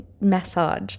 massage